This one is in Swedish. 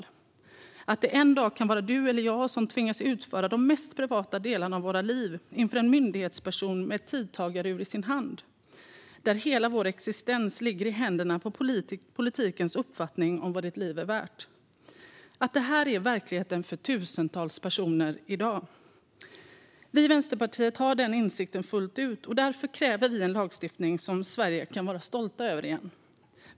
Vi alla måste inse att det en dag kan vara du eller jag som tvingas utföra de mest privata delarna av våra liv inför en myndighetsperson med ett tidtagarur i sin hand, där hela vår existens ligger i händerna på politikens uppfattning om vad ett liv är värt. Detta är verkligheten för tusentals personer i dag. Vi i Vänsterpartiet har den insikten fullt ut. Därför kräver vi en lagstiftning som Sverige kan vara stolt över igen.